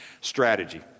Strategy